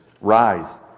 Rise